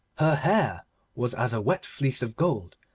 her hair was as a wet fleece of gold,